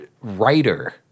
writer